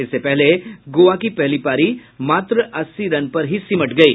इससे पहले गोवा की पहली पारी मात्र अस्सी रन पर ही सिमट गयी